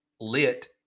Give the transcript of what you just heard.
lit